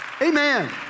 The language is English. Amen